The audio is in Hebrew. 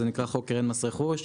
חוק קרן מס רכוש.